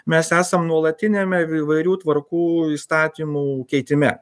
mes esam nuolatiniame į įvairių tvarkų įstatymų keitime